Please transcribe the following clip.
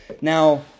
Now